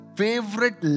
favorite